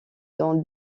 dans